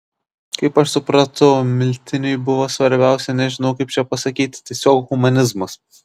kaip aš supratau miltiniui buvo svarbiausia nežinau kaip čia pasakyti tiesiog humanizmas